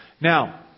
Now